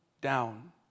down